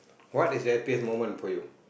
what is the happiest moment for you